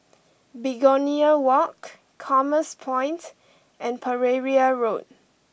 Begonia Walk Commerce Point and Pereira Road